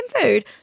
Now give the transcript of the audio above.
food